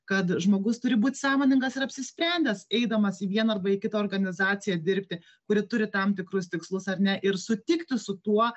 kad žmogus turi būt sąmoningas ir apsisprendęs eidamas į vieną arba į kitą organizaciją dirbti kuri turi tam tikrus tikslus ar ne ir sutikti su tuo